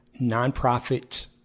nonprofit